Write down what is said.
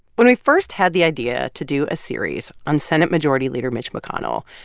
when we first had the idea to do a series on senate majority leader mitch mcconnell,